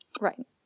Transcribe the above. right